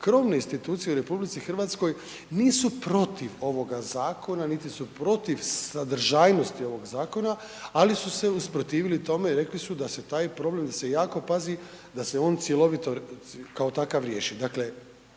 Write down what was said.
krovne institucije u RH nisu protiv ovoga zakona, niti su protiv sadržajnosti ovog zakona, ali su se usprotivili tome i rekli su da se taj problem, da se jako pazi da se on cjelovito kao takav riješi.